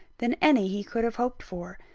than any he could have hoped for.